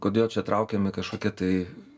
kodėl čia traukiami kažkokie tai